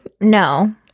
no